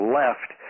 left